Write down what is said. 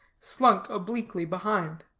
slunk obliquely behind.